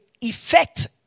effect